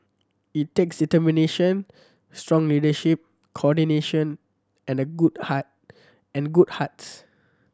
it takes determination strong leadership coordination and good heart and good hearts